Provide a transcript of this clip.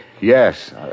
Yes